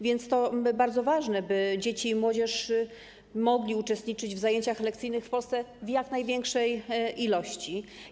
Więc to jest bardzo ważne, by dzieci i młodzież mogły uczestniczyć w zajęciach lekcyjnych w Polsce w jak największej liczbie.